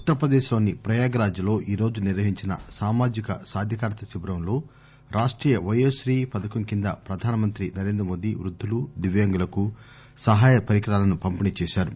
ఉత్తర్ ప్రదేశ్ లోని ప్రయాగ్ రాజ్ లో ఈ రోజు నిర్వహించిన సామాజిక సాధికారిత శిబిరంలో రాష్టీయ వయో శ్రీ పథకం కింద ప్రధాన మంత్రి నరేంద్ర మోదీ వృద్దులు దివ్యాంగులకు సహాయ పరికరాలను పంపిణీ చేశారు